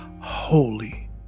holy